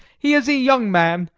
he is a young man,